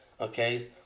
okay